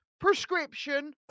prescription